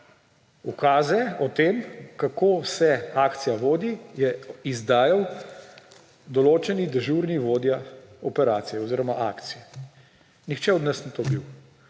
Ukaze o tem, kako se akcija vodi, je izdajal določeni dežurni vodja operacije oziroma akcije. Nihče od nas ni to bil.